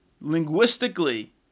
linguistically